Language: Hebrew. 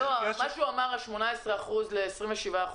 הוא דיבר על 18% ל-27%,